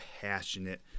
Passionate